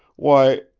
why,